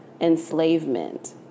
enslavement